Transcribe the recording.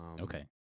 Okay